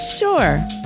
Sure